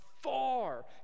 Far